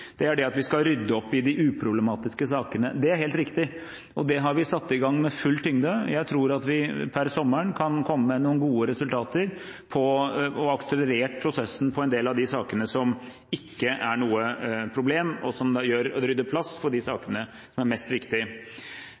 at vi skal rydde opp i de uproblematiske sakene. Det er helt riktig, og det har vi satt i gang med med full tyngde. Jeg tror at vi innen sommeren kan komme med noen gode resultater og akselerere prosessen på en del av de sakene som ikke er noe problem, og som da rydder plass for de sakene som er mest viktig.